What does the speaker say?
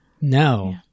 No